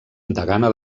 degana